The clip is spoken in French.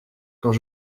quand